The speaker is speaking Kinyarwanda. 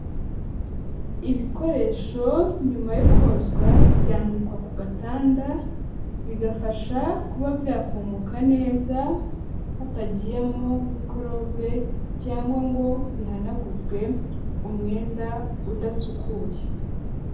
Ibikoresho nyuma yo kozwa byanikwa ku gatanda, bigafasha kuba byakumuka neza hatagiyemo mikorobe cyangwa ngo bihanaguzwe umwenda udasukuye.